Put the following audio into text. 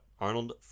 Arnold